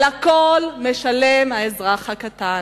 על הכול משלם האזרח הקטן.